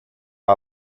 our